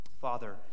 Father